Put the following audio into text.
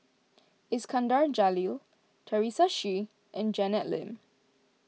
Iskandar Jalil Teresa Hsu and Janet Lim